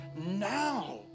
now